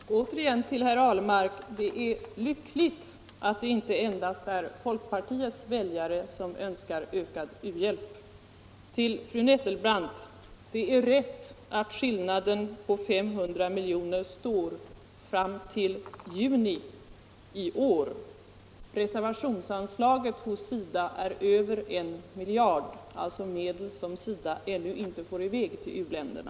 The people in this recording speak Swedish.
Herr talman! Återigen till herr Ahlmark: det är lyckligt att inte endast folkpartiets väljare önskar ökad u-hjälp. Till fru Nettelbrandt: det är rätt att skillnaden på 500 milj.kr. står kvar fram till juni i år. Reservationsanslaget hos SIDA är över en miljard kronor — alltså medel som SIDA ännu inte får i väg till u-länderna.